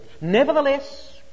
nevertheless